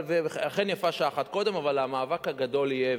אכן יפה שעה אחת קודם אבל המאבק הגדול יהיה,